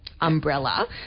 umbrella